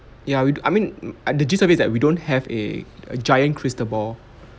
ya we do~ I mean uh the gist of it is that we don't have a giant crystal ball